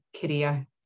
career